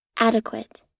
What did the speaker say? Adequate